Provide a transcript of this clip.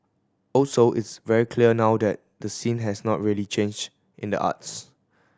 also it's very clear now that the scene has not really changed in the arts